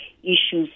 issues